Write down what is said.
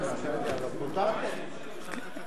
סעיף 1, כהצעת הוועדה, נתקבל.